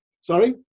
Sorry